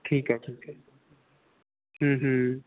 ਠੀਕ ਹੈ ਠੀਕ ਹੈ ਹੂੰ ਹੂੰ